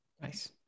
Nice